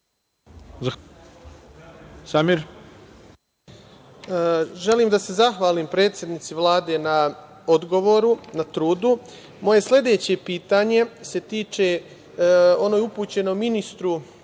Tandir** Želim da se zahvalim predsednici Vlade na odgovoru, na trudu. Moje sledeće pitanje se tiče, ono je upućeno ministru